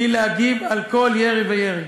היא להגיב על כל ירי וירי.